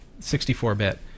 64-bit